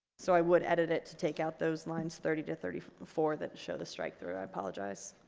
so i would edit it to take out those lines thirty two thirty four that show the strike through i apologize